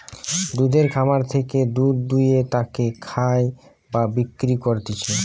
দুধের খামার থেকে দুধ দুয়ে তাকে খায় বা বিক্রি করতিছে